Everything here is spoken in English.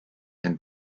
and